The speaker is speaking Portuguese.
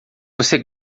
você